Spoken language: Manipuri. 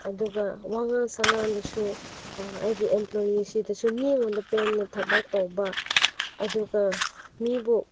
ꯑꯗꯨꯒ ꯋꯥꯉꯥꯡ ꯁꯉꯥꯡꯗꯁꯨ ꯑꯩꯒꯤ ꯑꯦꯝꯄ꯭ꯂꯣꯏꯌꯤꯁꯤꯗꯁꯨ ꯃꯤꯉꯣꯟꯗ ꯄꯦꯟꯅ ꯊꯕꯛ ꯇꯧꯕ ꯑꯗꯨꯒ ꯃꯤꯕꯨ